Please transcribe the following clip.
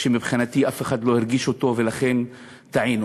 שמבחינתי אף אחד לא הרגיש אותו, ולכן טעינו.